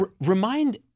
remind